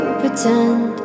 pretend